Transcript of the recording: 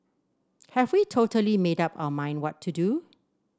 have we totally made up our mind what to do